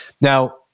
Now